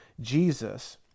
Jesus